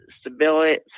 stability